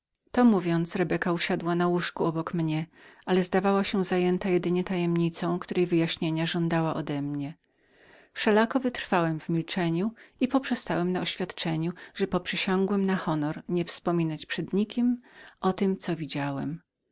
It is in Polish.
to mówiąc rebeka usiadła obok mnie ale zdawała się być jedynie zajętą wyjaśnieniem tajemnicy którego żądała odemnie wszelako wytrwałem w milczeniu i poprzestałem na oświadczeniu że poprzysiągłem na honor nie wspominać przed nikim o tem co widziałem